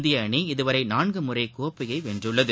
இந்திய அணி இதுவரை நான்கு முறை கோப்பையை வென்றுள்ளது